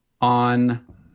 on